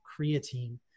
creatine